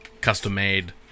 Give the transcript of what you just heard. custom-made